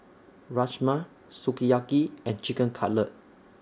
Rajma Sukiyaki and Chicken Cutlet